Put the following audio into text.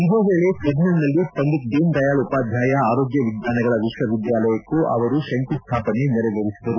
ಇದೇ ವೇಳೆ ಕರ್ನಲ್ನಲ್ಲಿ ಪಂಡಿತ್ ದೀನ್ ದಯಾಳ್ ಉಪಾಧ್ಯಾಯ ಆರೋಗ್ಯ ವಿಜ್ಞಾನಗಳ ವಿಶ್ವವಿದ್ಯಾಲಯಕ್ಕೂ ಅವರು ಶಂಕುಸ್ಥಾಪನೆ ನೆರವೇರಿಸಿದರು